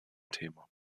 thema